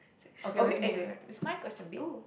okay we have to move it right it's my question babe